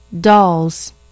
Dolls